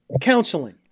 counseling